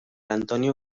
antonio